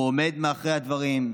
הוא עומד מאחורי הדברים.